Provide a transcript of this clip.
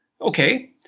Okay